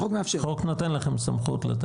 החוק נותן לכם סמכות.